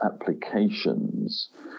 applications